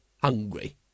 hungry